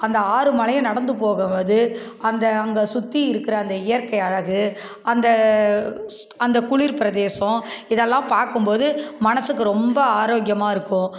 அந்த ஆறு மலையை நடந்து போகும்போது அந்த அங்கே சுற்றி இருக்கிற அந்த இயற்கை அழகு அந்த அந்த குளிர் பிரதேசம் இதெல்லாம் பார்க்கும்போது மனசுக்கு ரொம்ப ஆரோக்கியமாக இருக்கும்